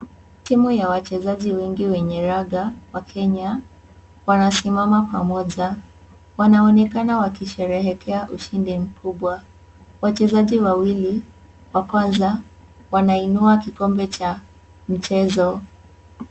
Timu ya wachezaji wengi wenye raga wa Kenya wanasimama pamoja. Wanaonekana wakisherehekea ushindi mkubwa. Wachezaji wawili wa kwanza wanainua kikombe cha mchezo.